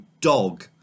dog